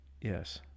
Yes